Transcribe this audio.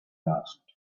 asked